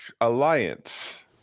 alliance